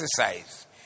exercise